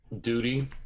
duty